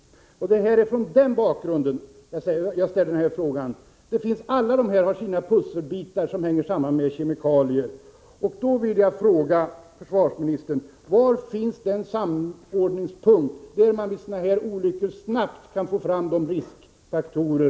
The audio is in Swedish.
Alla dessa har sina pusselbitar när det gäller kemikalier.